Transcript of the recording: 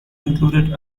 included